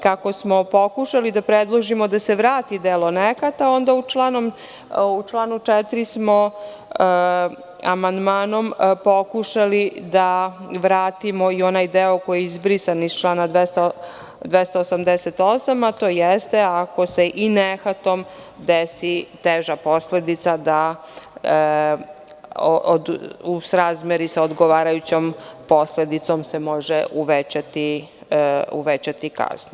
Kako smo pokušali da predložimo da se vrati delo nehata, onda smo u članu 4. amandmanom pokušali da vratimo i onaj deo koji je izbrisan iz člana 288, a to jeste – ako se i nehatom desi teža posledica, da se u srazmeri sa odgovarajućom posledicom može uvećati kazna.